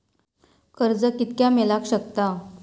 कर्ज कितक्या मेलाक शकता?